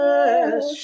Yes